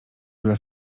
dla